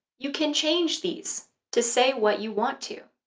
you can change these to say what you want to